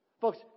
Folks